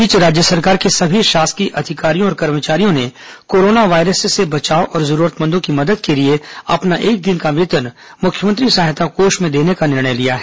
इस बीच राज्य सरकार के सभी शासकीय अधिकारियों और कर्मचारियों ने कोरोना वायरस से बचाव और जरूरतमंदों की मदद के लिए अपना एक दिन का वेतन मुख्यमंत्री सहायता कोष में देने का निर्णय लिया है